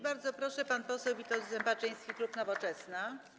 Bardzo proszę, pan poseł Witold Zembaczyński, klub Nowoczesna.